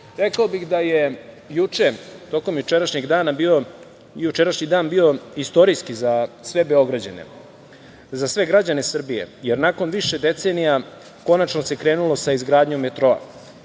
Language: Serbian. još. Rekao bih da je jučerašnji dan bio istorijski za sve Beograđane, za sve građane Srbije jer nakon više decenija konačno se krenula sa izgradnjom metroa.